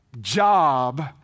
job